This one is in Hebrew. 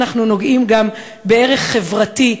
אנחנו נוגעים בערך חברתי,